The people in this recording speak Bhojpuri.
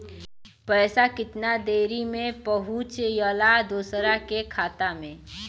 पैसा कितना देरी मे पहुंचयला दोसरा के खाता मे?